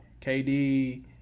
KD